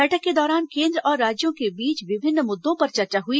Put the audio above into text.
बैठक के दौरान केंद्र और राज्यों के बीच विभिन्न मुद्दों पर चर्चा हुई